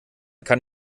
kann